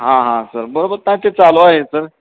हां हां सर बरोबर काय ते चालू आहे सर